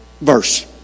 verse